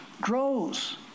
grows